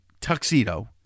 tuxedo